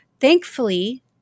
Thankfully